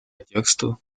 тексту